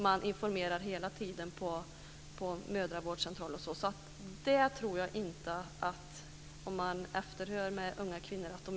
Man informerar hela tiden på mödravårdscentraler osv.